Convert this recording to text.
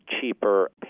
Cheaper